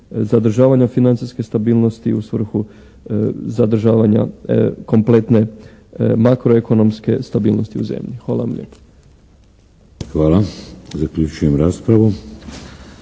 zadržavanja financijske stabilnosti i u svrhu zadržavanja kompletne makroekonomske stabilnosti u zemlji. Hvala vam lijepo. **Šeks, Vladimir